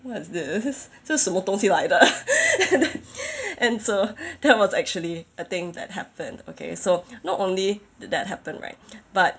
what's this 这什么东西来的 and so that was actually a thing that happened okay so not only did that happen right but